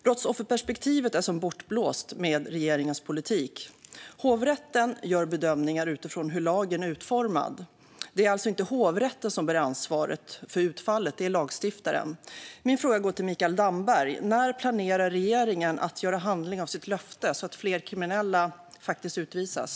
Brottsofferperspektivet är som bortblåst med regeringens politik. Hovrätten gör bedömningar utifrån hur lagen är utformad. Det är alltså inte hovrätten som bär ansvaret för utfallet utan lagstiftaren. Min fråga går till Mikael Damberg: När planerar regeringen att göra handling av sitt löfte så att fler kriminella faktiskt utvisas?